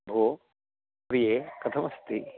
भोः प्रिये कथमस्ति